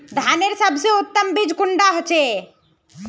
धानेर सबसे उत्तम बीज कुंडा होचए?